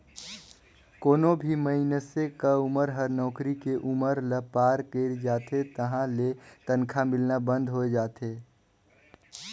कोनो भी मइनसे क उमर हर नउकरी के उमर ल पार कइर जाथे तहां ले तनखा मिलना बंद होय जाथे